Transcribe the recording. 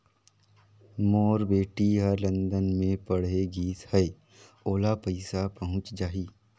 मोर बेटी हर लंदन मे पढ़े गिस हय, ओला पइसा पहुंच जाहि?